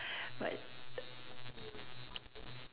but